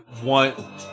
one